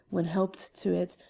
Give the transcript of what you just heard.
when helped to it,